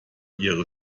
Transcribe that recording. ihre